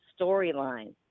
storyline